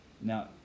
Now